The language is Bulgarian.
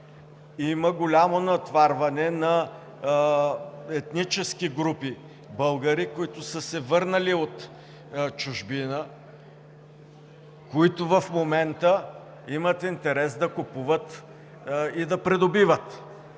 има голямо натоварване на етнически групи българи, които са се върнали от чужбина, които в момента имат интерес да купуват и да придобиват.